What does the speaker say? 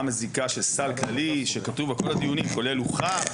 מזיקה של סל כללי שכתוב כל הדיונים כולל הוכרח,